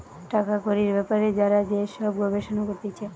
টাকা কড়ির বেপারে যারা যে সব গবেষণা করতিছে